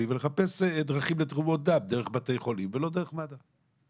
ונחפש דרכים לתרום דם דרך בתי חולים ולא דרך מד"א.